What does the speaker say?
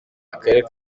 akarere